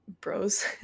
bros